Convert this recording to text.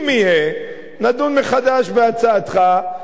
אם יהיה, נדון מחדש בהצעתך.